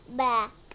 back